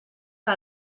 que